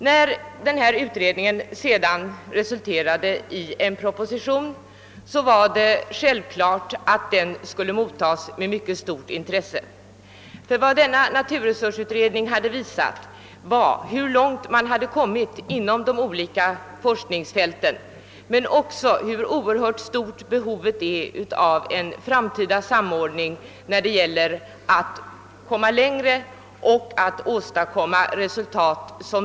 När denna utredning sedan resulterade i en proposition var det självklart att denna mottogs med mycket stort intresse, ty naturresursutredningen hade visat hur långt man kommit inom olika forskningsfält men också hur oerhört stort behovet är av en samordning för att åstadkomma resultat.